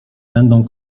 będą